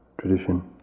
tradition